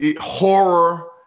horror